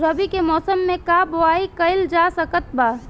रवि के मौसम में का बोआई कईल जा सकत बा?